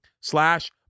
slash